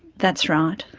that's right.